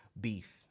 beef